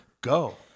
go